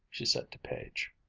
she said to page.